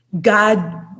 God